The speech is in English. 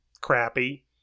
crappy